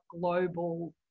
global